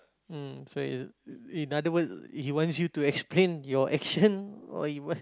mm so he in in other word he wants you to explain your action or you what